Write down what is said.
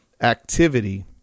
activity